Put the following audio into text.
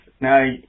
Now